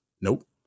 Nope